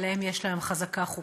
שעליהם יש להם חזקה חוקית.